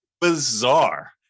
bizarre